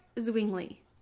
Zwingli